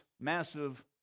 massive